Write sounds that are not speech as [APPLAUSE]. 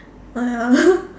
ah that one [LAUGHS]